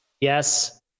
Yes